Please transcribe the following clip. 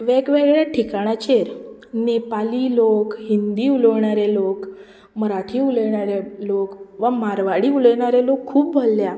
वेग वेगळ्या ठिकाणाचेर नेपाली लोक हिंदी उलोवणारे लोक मराठी उलयणारे लोक वा मारवाडी उलयणारे लोक खूब भल्ल्या